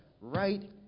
right